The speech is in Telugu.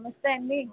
నమస్తే అండీ